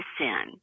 sin